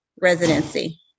residency